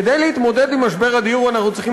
כדי להתמודד עם משבר הדיור אנחנו צריכים